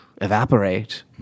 Evaporate